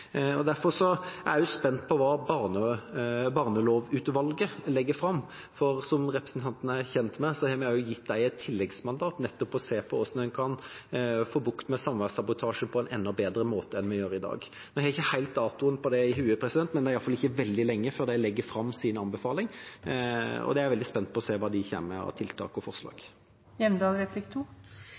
Derfor er jeg spent på hva barnelovutvalget legger fram, for som representanten er kjent med, har vi gitt dem et tilleggsmandat, nettopp å se på hvordan en kan få bukt med samværssabotasje på en enda bedre måte enn i dag. Jeg har ikke helt datoen i hodet, men det er iallfall ikke veldig lenge før de legger fram sin anbefaling, og jeg er veldig spent på å se hva de kommer med av tiltak og forslag.